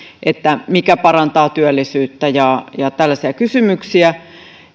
mikä parantaa työllisyyttä esitettiin tällaisia kysymyksiä